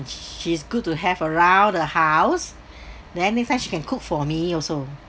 she is good to have around the house then next time she can cook for me also